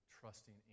trusting